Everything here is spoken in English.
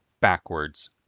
backwards